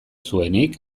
zuenik